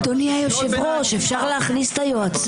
אדוני היושב-ראש, אפשר להכניס את היועצים?